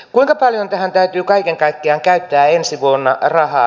kuinka paljon tähän täytyy kaiken kaikkiaan käyttää ensi vuonna rahaa